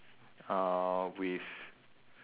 uh with